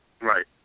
Right